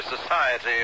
society